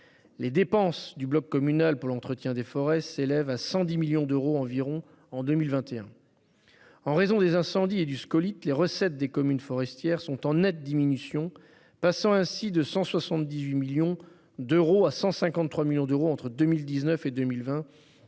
Les dépenses du bloc communal pour l'entretien des forêts s'élèvent à environ 110 millions d'euros en 2021. En raison des incendies et du scolyte, les recettes des communes forestières sont en nette diminution. Elles sont passées de 178 millions d'euros en 2019 à 153 millions d'euros en 2020,